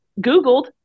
Googled